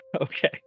Okay